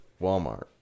Walmart